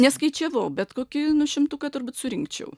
neskaičiavau bet kokį nu šimtuką turbūt surinkčiau